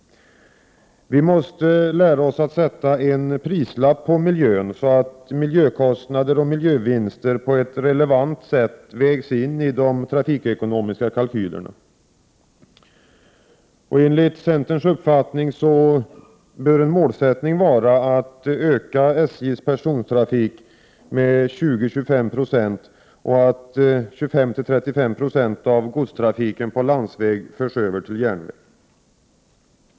Vi måste lära oss att sätta en prislapp på miljön, så att miljökostnader och miljövinster på ett relevant sätt vägs in i de trafikekonomiska kalkylerna. Enligt centerns uppfattning bör en målsättning vara att öka SJ:s persontrafik med 20-2596 och att föra över 25-3590 av godstrafiken på landsväg till järnväg.